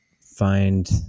find